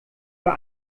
für